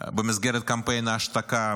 במסגרת קמפיין ההשתקה,